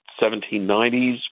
1790s